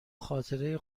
خاطره